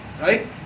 right